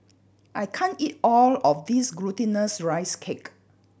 I can't eat all of this Glutinous Rice Cake